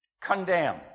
condemn